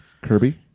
Kirby